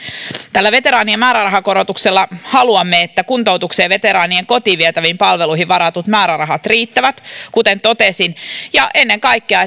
tällä veteraanien määrärahakorotuksella haluamme että kuntoutukseen ja veteraanien kotiin vietäviin palveluihin varatut määrärahat riittävät kuten totesin ja ennen kaikkea